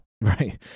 right